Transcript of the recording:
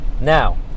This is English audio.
Now